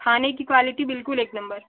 खाने की क्वालिटी बिल्कुल एक नंबर